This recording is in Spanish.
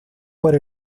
por